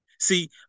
See